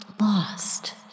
lost